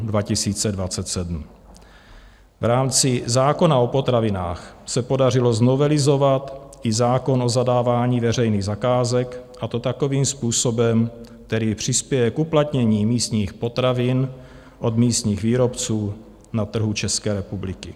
V rámci zákona o potravinách se podařilo novelizovat i zákon o zadávání veřejných zakázek, a to takovým způsobem, který přispěje k uplatnění místních potravin od místních výrobců na trhu České republiky.